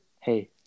hey